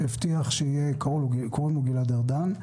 קראו לו גלעד ארדן,